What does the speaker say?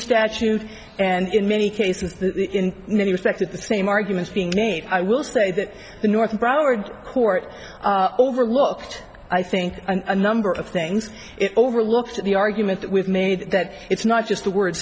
statute and in many cases in many respects at the same arguments being made i will say that the north broward court overlooked i think a number of things overlooked the argument that we've made that it's not just the word